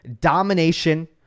domination